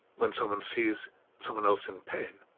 when someone sees someone else in pain,